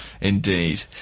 Indeed